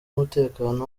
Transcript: umutekano